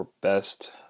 best